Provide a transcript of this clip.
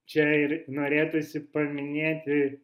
čia ir norėtųsi paminėti